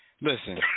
listen